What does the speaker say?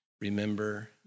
remember